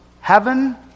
heaven